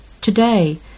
today